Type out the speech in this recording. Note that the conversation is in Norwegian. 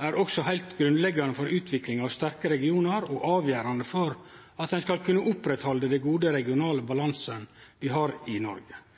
er også heilt grunnleggjande for utviklinga av sterke regionar og avgjerande for at ein skal kunne oppretthalde den gode regionale balansen vi har i Noreg.